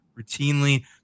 routinely